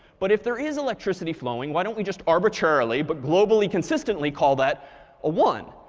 but if there is electricity flowing, why don't we just arbitrarily, but globally consistently, call that ah one.